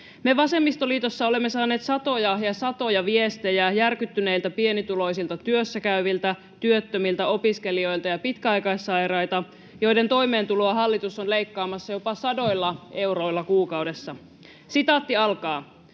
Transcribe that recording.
Me vasemmistoliitossa olemme saaneet satoja ja satoja viestejä järkyttyneiltä pienituloisilta työssäkäyviltä, työttömiltä, opiskelijoilta ja pitkäaikaissairailta, joiden toimeentuloa hallitus on leikkaamassa jopa sadoilla euroilla kuukaudessa. ” Olen